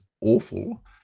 awful